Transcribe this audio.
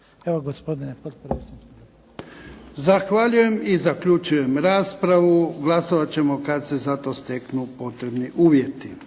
Zahvaljujem. I zaključujem raspravu. Glasovat ćemo kada se za to steknu potrebni uvjeti.